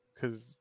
Cause